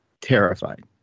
terrified